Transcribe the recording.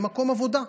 במקום עבודה.